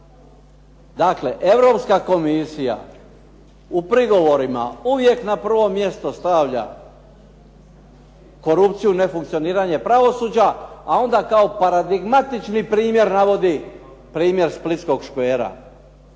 Dakle, Europska Komisija u prigovorima uvijek na prvo mjesto stavlja korupciju, nefunkcioniranje pravosuđa, a onda kao paradigmatični primjer navodi primjer splitskog škvera.